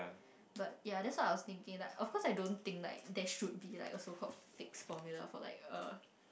but ya that's what I was thinking like of course I don't think like there should be like a so called fixed formula for like a